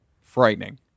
frightening